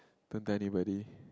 don't tell anybody